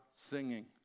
singing